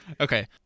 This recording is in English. Okay